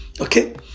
Okay